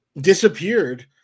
disappeared